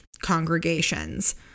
congregations